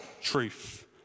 truth